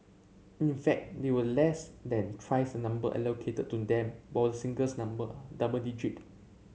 in fact they were less than twice the number allotted to them both singles number double